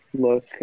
look